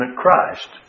Christ